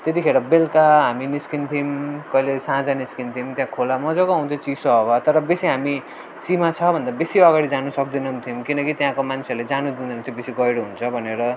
त्यतिखेर बेलुका हामी निस्किन्थ्यौँ कहिले साँझ निस्किन्थ्यौँ त्यहाँ खोला मजाको आउँथ्यो चिसो हावा र बेसी हामी सिमा छ भन्दै बेसी अगाडि जानु सक्दैन थियौँ किनकि त्यहाँको मान्छेहरूले जान दिँदैन थियो बेसी गहिरो हुन्छ भनेर